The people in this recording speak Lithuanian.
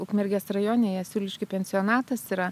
ukmergės rajone jasiuliškių pensionatas yra